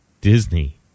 Disney